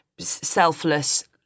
selfless